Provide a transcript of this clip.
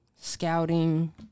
scouting